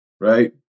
right